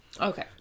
Okay